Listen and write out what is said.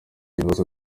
ibibazo